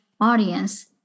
audience